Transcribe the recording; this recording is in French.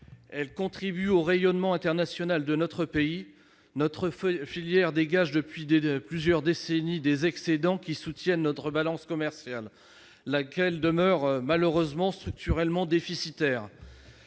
Elle contribue au rayonnement international de notre pays. Notre filière dégage depuis plusieurs décennies des excédents qui soutiennent notre balance commerciale, laquelle demeure malheureusement structurellement déficitaire.